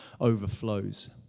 overflows